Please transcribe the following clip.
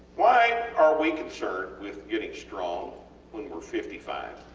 why are we concerned with getting strong when were fifty five?